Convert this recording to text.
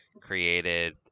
created